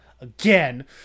again